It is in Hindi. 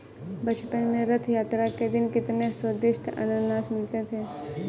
बचपन में रथ यात्रा के दिन कितने स्वदिष्ट अनन्नास मिलते थे